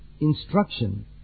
instruction